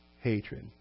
hatred